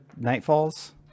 Nightfalls